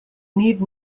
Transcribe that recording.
need